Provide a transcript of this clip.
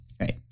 Right